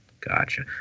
gotcha